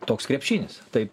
toks krepšinis taip